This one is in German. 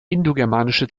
indogermanische